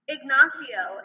Ignacio